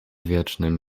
wiecznym